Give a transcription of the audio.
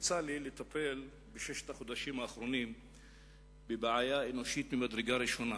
יצא לי לטפל בששת החודשים האחרונים בבעיה אנושית ממדרגה ראשונה